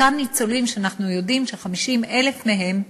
אותם ניצולים שאנחנו יודעים ש-50,000 מהם,